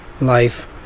life